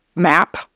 map